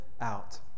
out